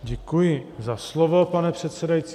Děkuji za slovo, pane předsedající.